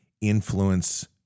influence